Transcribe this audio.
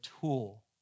tool